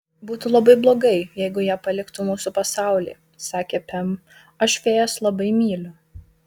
būtų labai blogai jeigu jie paliktų mūsų pasaulį sakė pem aš fėjas labai myliu